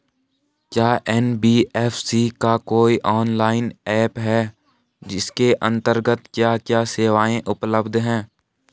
क्या एन.बी.एफ.सी का कोई ऑनलाइन ऐप भी है इसके अन्तर्गत क्या क्या सेवाएँ उपलब्ध हैं?